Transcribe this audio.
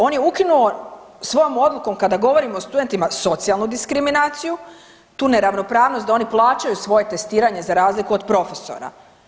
On je ukinuo svojom odlukom kada govorimo o studentima socijalnu diskriminaciju, tu neravnopravnost da oni plaćaju svoje testiranje za razliku od profesora.